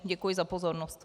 Děkuji za pozornost.